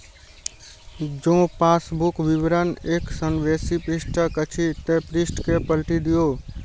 जौं पासबुक विवरण एक सं बेसी पृष्ठक अछि, ते पृष्ठ कें पलटि दियौ